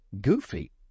goofy